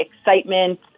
excitement